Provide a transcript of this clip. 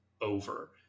over